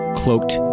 cloaked